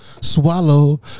Swallow